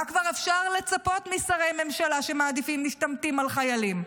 מה כבר אפשר לצפות משרי ממשלה שמעדיפים משתמטים על חיילים?